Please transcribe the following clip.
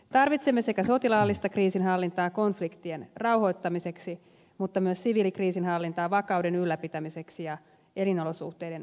tarvitsemme sekä sotilaallista kriisinhallintaa konfliktien rauhoittamiseksi että myös siviilikriisinhallintaa vakauden ylläpitämiseksi ja elinolosuhteiden parantamiseksi